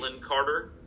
Carter